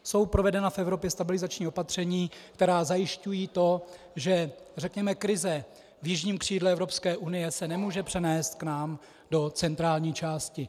Jsou provedena v Evropě stabilizační opatření, která zajišťují, že řekněme krize v jižním křídle Evropské unie se nemůže přenést k nám do centrální části.